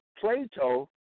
Plato